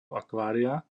akvária